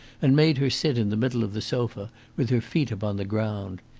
and made her sit in the middle of the sofa with her feet upon the ground.